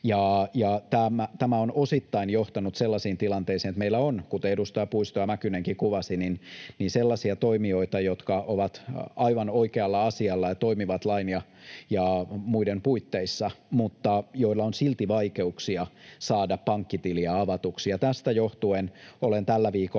Tämä on osittain johtanut sellaiseen tilanteeseen, että meillä on, kuten edustaja Puisto ja Mäkynenkin kuvasivat, sellaisia toimijoita, jotka ovat aivan oikealla asialla ja toimivat lain ja muiden puitteissa mutta joilla on silti vaikeuksia saada pankkitiliä avatuksi. Tästä johtuen olen tällä viikolla